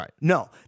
No